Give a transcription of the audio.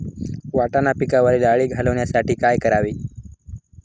वाटाणा पिकावरील अळी घालवण्यासाठी काय करावे?